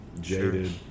jaded